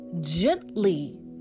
Gently